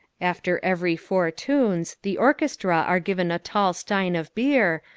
after every four tunes the orchestra are given a tall stein of beer,